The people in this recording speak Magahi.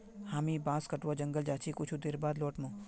हामी बांस कटवा जंगल जा छि कुछू देर बाद लौट मु